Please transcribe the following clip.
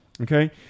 Okay